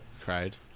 Cried